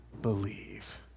believe